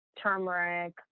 turmeric